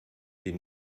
die